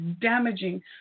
damaging